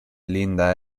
linda